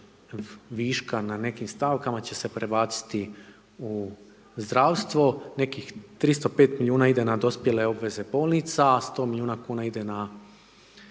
viška na nekim stavkama će se prebaciti u zdravstvo, nekih 305 milijuna ide na uspjele bolnice, 100 milijuna kn ide na